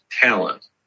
Talent